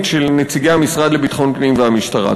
של נציגי המשרד לביטחון פנים והמשטרה.